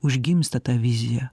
užgimsta ta vizija